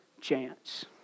chance